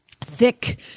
thick